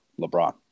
LeBron